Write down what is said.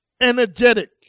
energetic